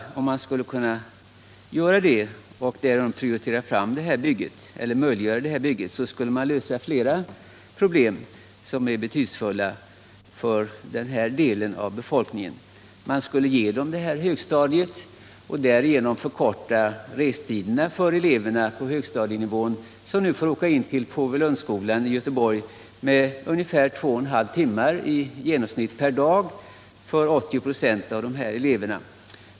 Om man möjliggör det här bygget skulle man lösa flera problem som är betydelsefulla för befolkningen där ute. Genom det här högstadiet skulle man förkorta restiden för 80 926 av eleverna på högstadienivån med i genomsnitt två och en halv timme per dag — de får nu åka till Påvelundsskolan i Göteborg.